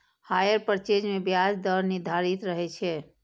hire purchase मे ब्याज दर निर्धारित रहै छै